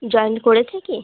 join করেছে কি